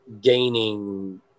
gaining